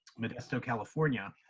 modesto california.